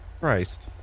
Christ